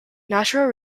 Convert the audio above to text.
natural